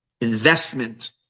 investment